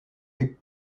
est